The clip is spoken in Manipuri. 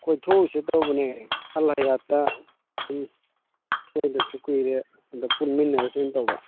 ꯀꯣꯏꯊꯣꯛꯁꯦ ꯇꯧꯕꯅꯦ ꯑꯜ ꯍꯌꯥꯠꯇ ꯄꯨꯟꯗꯕꯁꯨ ꯀꯨꯏꯔꯦ ꯑꯝꯇ ꯄꯨꯟꯃꯤꯟꯅꯔꯨꯁꯦꯅ ꯇꯧꯕ